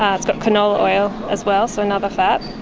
um it's got canola oil as well, so another fat,